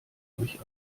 euch